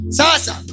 sasa